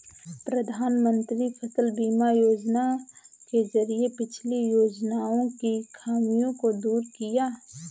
प्रधानमंत्री फसल बीमा योजना के जरिये पिछली योजनाओं की खामियों को दूर किया